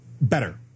better